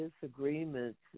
disagreements